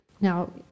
Now